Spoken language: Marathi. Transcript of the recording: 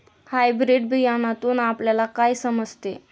हायब्रीड बियाण्यातून आपल्याला काय समजते?